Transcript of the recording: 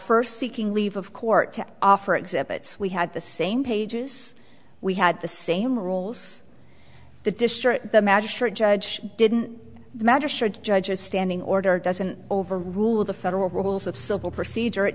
first seeking leave of court to offer exhibits we had the same pages we had the same rules the district the magistrate judge didn't the matter should judge a standing order doesn't overrule the federal rules of civil procedure it